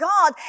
God